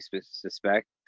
suspect